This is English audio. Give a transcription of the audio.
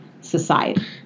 society